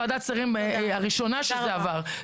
ועדת שרים הראשונה שזה עבר.